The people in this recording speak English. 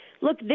look